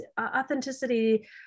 authenticity